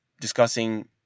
discussing